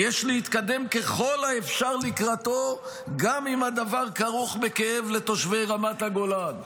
"יש להתקדם ככל האפשר לקראתו גם אם הדבר כרוך בכאב לתושבי רמת הגולן".